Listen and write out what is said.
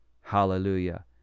hallelujah